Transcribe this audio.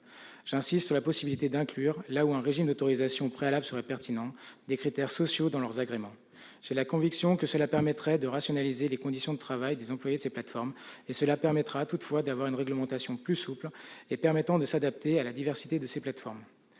J'insiste sur la possibilité d'inclure, lorsqu'un régime d'autorisation préalable serait pertinent, des critères sociaux dans leurs agréments. J'ai la conviction que cela permettrait de rationaliser les conditions de travail des employés de ces plateformes. Par ailleurs, une réglementation plus souple serait davantage susceptible de s'adapter à la diversité de ces dernières.